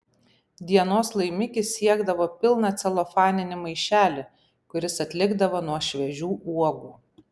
dienos laimikis siekdavo pilną celofaninį maišelį kuris atlikdavo nuo šviežių uogų